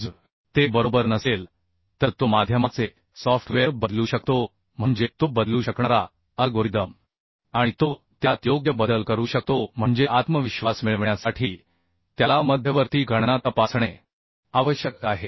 जर ते बरोबर नसेल तर तो माध्यमाचे सॉफ्टवेअर बदलू शकतो म्हणजे तो बदलू शकणारा अल्गोरिदम आणि तो त्यात योग्य बदल करू शकतो म्हणजे आत्मविश्वास मिळविण्यासाठी त्याला मध्यवर्ती गणना तपासणे आवश्यक आहे